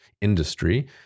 industry